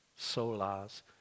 solas